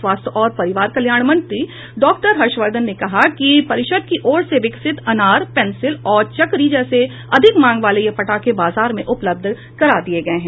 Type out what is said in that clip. स्वास्थ्य और परिवार कल्याण मंत्री डॉ हर्षवर्धन ने कहा है कि परिषद की ओर से विकसित अनार पेंसिल और चक्करी जैसे अधिक मांग वाले ये पटाखे बाजार में उपलब्ध करा दिए गए हैं